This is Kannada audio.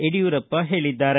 ಯಡಿಯೂರಪ್ಪ ಹೇಳಿದ್ದಾರೆ